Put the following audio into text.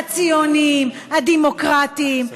הציוניים והדמוקרטיים,